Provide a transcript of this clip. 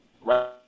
Right